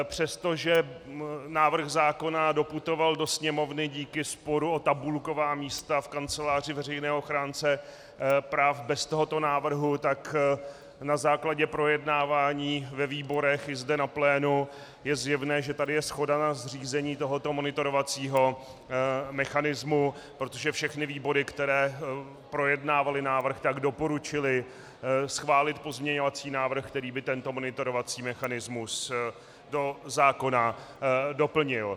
Přestože návrh zákona doputoval do Sněmovny díky sporu o tabulková místa v Kanceláři veřejného ochránce práv bez tohoto návrhu, tak na základě projednávání ve výborech i zde na plénu je zjevné, že tady je shoda na zřízení tohoto monitorovacího mechanismu, protože všechny výbory, které projednávaly návrh, doporučily schválit pozměňovací návrh, který by tento monitorovací mechanismus do zákona doplnil.